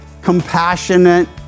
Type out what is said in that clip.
Compassionate